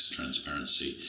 transparency